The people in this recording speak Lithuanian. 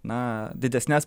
na didesnes